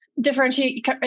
differentiate